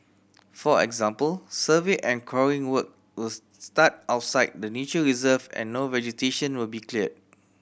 for example survey and coring work will start outside the nature reserve and no vegetation will be cleared